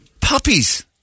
Puppies